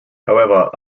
however